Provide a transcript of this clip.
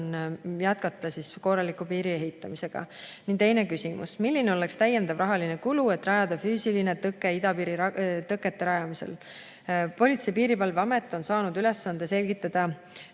on jätkata korraliku piiri ehitamisega. Teine küsimus: milline oleks täiendav rahaline kulu, et rajada füüsiline tõke idapiiril? Politsei- ja Piirivalveamet on saanud ülesande selgitada